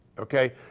okay